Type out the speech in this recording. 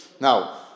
Now